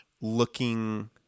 looking